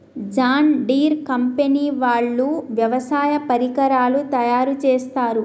John Deere company వాళ్ళు వ్యవసాయ పరికరాలు తయారుచేస్తారు